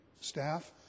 staff